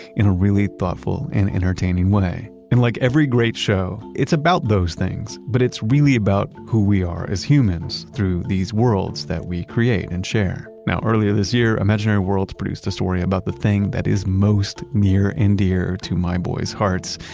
in a really thoughtful and entertaining way and like every great show, it's about those things, but it's really about who we are as humans through these worlds that we create and share. now, earlier this year, imaginary worlds produced a story about the thing that is most near and dear to my boy's hearts,